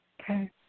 Okay